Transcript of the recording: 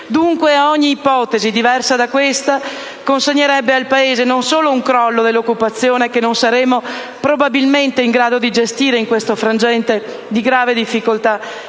Dunque ogni ipotesi diversa da questa consegnerebbe al Paese non solo un crollo dell'occupazione, che non saremmo probabilmente in grado di gestire in questo frangente di grave difficoltà